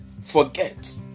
forget